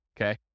Okay